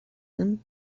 him